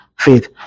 faith